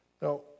Now